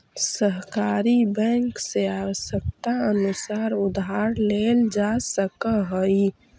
सहकारी बैंक से आवश्यकतानुसार उधार लेल जा सकऽ हइ